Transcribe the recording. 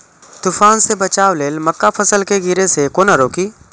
तुफान से बचाव लेल मक्का फसल के गिरे से केना रोकी?